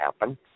happen